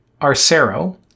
Arcero